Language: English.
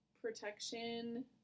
protection